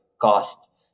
cost